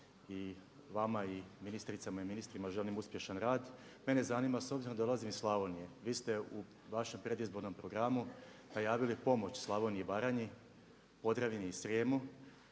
i vama i ministricama i ministrima želim uspješan rad. Mene zanima s obzirom da dolazim iz Slavonije, vi ste u vašem predizbornom programu najavili pomoć Slavoniji i Baranji, Podravini i Srijemu,